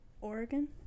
Oregon